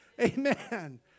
Amen